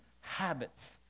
habits